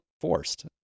forced